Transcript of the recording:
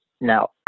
Now